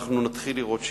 אנחנו נתחיל לראות שינוי.